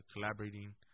collaborating